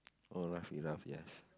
oh Wreck-It-Ralph yes